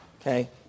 Okay